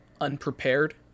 unprepared